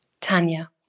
Tanya